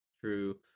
True